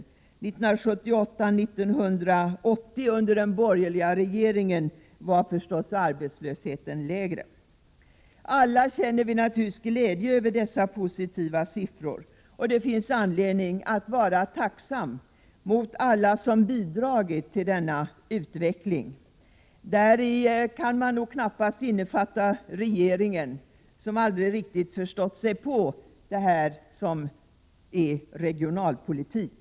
1978 och 1980— alltså då vi hade borgerlig regering — var arbetslösheten naturligtvis lägre. Alla känner vi självfallet glädje över dessa positiva siffror. Det finns anledning att vara tacksam mot alla dem som har bidragit till denna utveckling. Det gäller då knappast regeringen, som aldrig riktigt har förstått sig på detta med regionalpolitik.